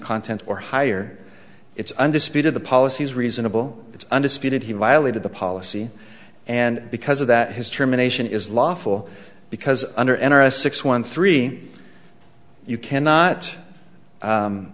content or higher it's undisputed the policy is reasonable it's undisputed he violated the policy and because of that his terminations is lawful because under enter a six one three you cannot